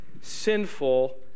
sinful